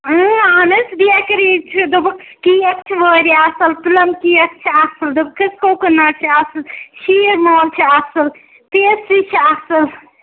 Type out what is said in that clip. اۭں اہن حظ بیکری چھِ دوٚپُکھ کیک چھِ واریاہ اَصٕل پٕلم کیک چھِ اَصٕل دوٚپُکھ حظ کوکُناٹ چھِ اَصٕل شیٖر مال چھِ اَصٕل پیسٹری چھِ اَصٕل